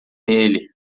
nele